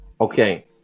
Okay